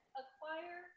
acquire